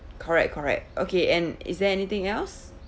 correct correct okay and is there anything else